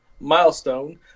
milestone